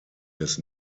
des